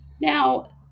Now